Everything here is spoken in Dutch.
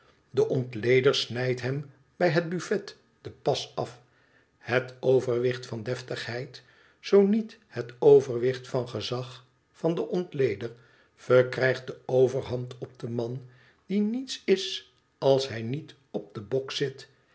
de ontleder snijdt hem bij het buffet den pas af het overwicht van deftigheid zoo niet het overwicht van gezag van den ontleder verkrijgt de overhand op den man die niets is als hij riet op den bok zit